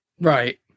Right